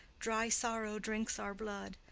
dry sorrow drinks our blood.